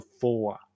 four